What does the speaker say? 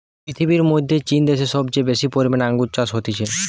পৃথিবীর মধ্যে চীন দ্যাশে সবচেয়ে বেশি পরিমানে আঙ্গুর চাষ হতিছে